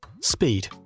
Speed